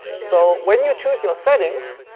so when you choose your settings,